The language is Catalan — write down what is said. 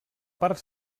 part